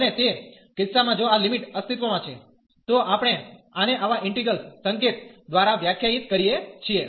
અને તે કિસ્સામાં જો આ લિમિટ અસ્તિત્વમાં છે તો આપણે આને આવા ઈન્ટિગ્રલ સંકેત દ્વારા વ્યાખ્યાયિત કરીએ છીએ